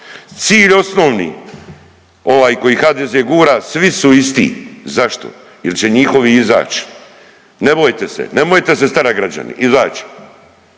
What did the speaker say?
Cilj osnovni, ovaj koji HDZ gura svi su isti zašto? Jer će njihovi izać. Ne bojte se, nemojte se starat građani izać